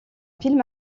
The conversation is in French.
film